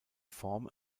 form